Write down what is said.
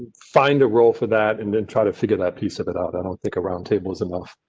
find a role for that, and then try to figure that piece of it out. i don't think roundtables enough.